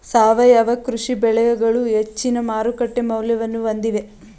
ಸಾವಯವ ಕೃಷಿ ಬೆಳೆಗಳು ಹೆಚ್ಚಿನ ಮಾರುಕಟ್ಟೆ ಮೌಲ್ಯವನ್ನು ಹೊಂದಿವೆ